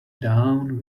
down